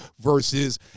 versus